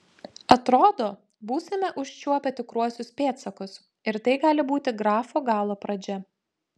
atrodo būsime užčiuopę tikruosius pėdsakus ir tai gali būti grafo galo pradžia